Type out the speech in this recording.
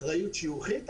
אחריות שיוכית,